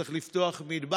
צריך לפתוח מטבח,